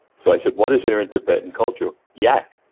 so i said, what is there and tibetan culture? yak.